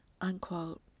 unquote